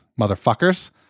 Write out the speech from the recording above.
motherfuckers